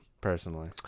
personally